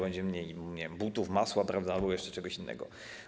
Będzie mniej, nie wiem, butów, masła, prawda, albo jeszcze czegoś innego.